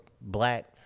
black